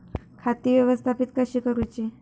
खाती व्यवस्थापित कशी करूची?